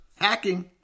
hacking